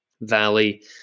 valley